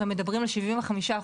הרי מדברים על 75%,